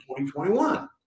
2021